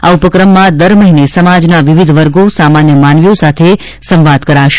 આ ઉપક્રમમાં દર મહિને સમાજના વિવિધ વર્ગો સામાન્ય માનવીઓ સાથે સંવાદ કરશે